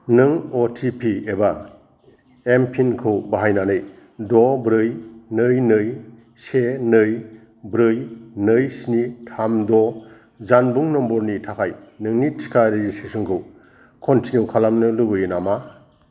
नों O T P एबा M PIN खौ बाहायनानै द' ब्रै नै नै से नै ब्रै नै स्नि थाम द' जानबुं नम्बरनि थाखाय नोंनि टिका रेजिसट्रेसनखौ कनटिनिउ खालामनो लुबैयो नामा